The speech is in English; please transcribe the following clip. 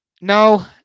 No